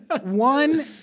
One